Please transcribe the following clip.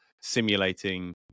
simulating